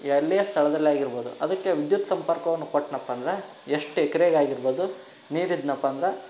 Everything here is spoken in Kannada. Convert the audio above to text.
ಎಲ್ಲೇ ಸ್ಥಳದಲ್ಲಿ ಆಗಿರ್ಬೋದು ಅದಕ್ಕೆ ವಿದ್ಯುತ್ ಸಂಪರ್ಕವನ್ನು ಕೊಟ್ಟನಪ್ಪ ಅಂದ್ರೆ ಎಷ್ಟು ಎಕ್ರೆಗೆ ಆಗಿರ್ಬೋದು ನೀರು ಇದ್ದನಪ್ಪ ಅಂದ್ರೆ